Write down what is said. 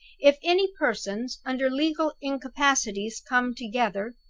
if any persons under legal incapacities come together,